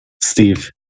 Steve